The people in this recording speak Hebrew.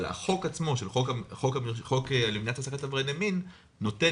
אבל החוק עצמו למניעת העסקת עברייני מין נותן